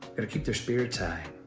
got to keep their spirits high,